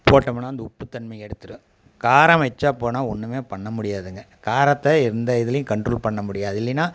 போட்டமுன்னா அந்த உப்பு தன்மை எடுத்துடும் காரம் எக்ச்சா போனால் ஒன்றுமே பண்ண முடியாதுங்க காரத்தை எந்த இதுலேயும் கண்ட்ரோல் பண்ண முடியாது இல்லைன்னா